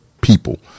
people